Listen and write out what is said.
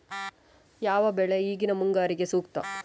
ಯಾವ ಬೆಳೆ ಈಗಿನ ಮುಂಗಾರಿಗೆ ಸೂಕ್ತ?